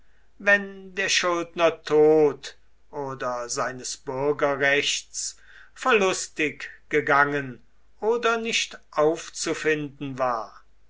wenn der schuldner tot oder seines bürgerrechts verlustig gegangen oder nicht aufzufinden war